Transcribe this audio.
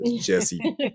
Jesse